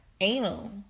anal